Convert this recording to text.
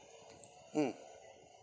mm